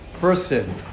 person